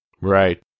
Right